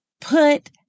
put